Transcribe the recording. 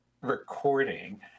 recording